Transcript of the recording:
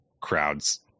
crowds